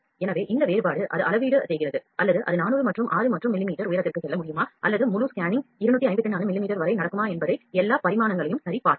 எனவே இந்த வேறுபாடு அது அளவீடு செய்கிறது அல்லது அது 400 மற்றும் 6 மற்றும் மில்லிமீட்டர் உயரத்திற்கு செல்ல முடியுமா அல்லது முழு ஸ்கேனிங் 254 மில்லிமீட்டர் வரை நடக்குமா என்பதை எல்லா பரிமாணங்களையும் சரிபார்க்கவும்